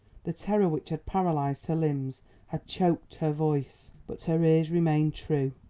the terror which had paralysed her limbs had choked her voice. but her ears remained true.